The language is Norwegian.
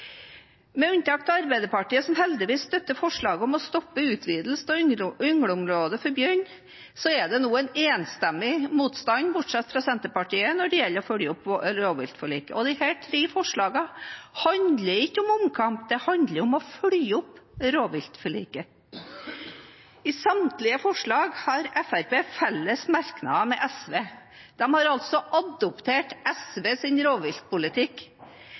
Med unntak av Arbeiderpartiet, som heldigvis støtter forslaget om å stoppe en utvidelse av yngleområdet for bjørn, er det nå en enstemmig motstand – bortsett fra hos Senterpartiet – når det gjelder å følge opp rovviltforliket. Disse tre forslagene handler ikke om omkamp; de handler om å følge opp rovviltforliket. Til samtlige forslag har Fremskrittspartiet felles merknader med SV. De har altså adoptert SVs rovviltpolitikk.